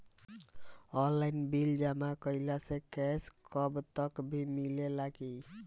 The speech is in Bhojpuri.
आनलाइन बिल जमा कईला से कैश बक भी मिलेला की?